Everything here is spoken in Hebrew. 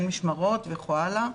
אין משמרות וכן הלאה,